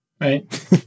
right